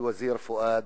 אל-וזיר פואד.